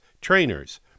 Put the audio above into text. trainers